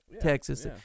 Texas